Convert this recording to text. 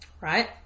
right